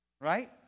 right